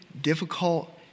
difficult